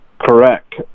Correct